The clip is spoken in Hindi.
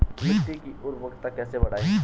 मिट्टी की उर्वरकता कैसे बढ़ायें?